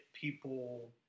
people